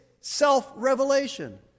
self-revelation